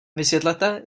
vysvětlete